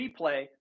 replay